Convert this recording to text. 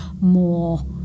more